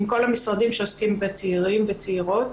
עם כל המשרדים שעוסקים בצעירים ובצעירות.